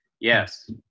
Yes